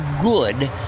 good